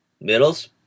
Middles